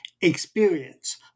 experience